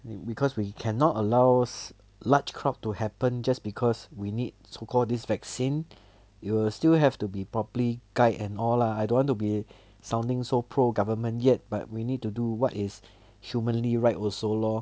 be~ because we cannot allow large crowd to happen just because we need so call this vaccine you will still have to be properly guide and all lah I don't want to be sounding or pro government yet but we need to do what is humanly right also lor